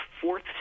fourth